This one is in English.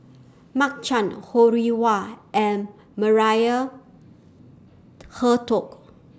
Mark Chan Ho Rih Hwa and Maria Hertogh